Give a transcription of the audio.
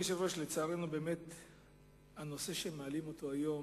לצערנו, הנושא שמעלים היום